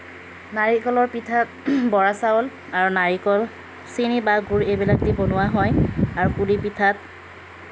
নাৰিকলৰ পিঠা বৰাচাউল আৰু নাৰিকল চেনি বা গুড় এইবিলাকদি বনোৱা হয় আৰু পুলি পিঠাত